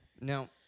Now